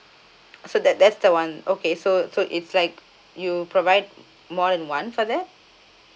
so that that's the one okay so so it's like you provide more than one for that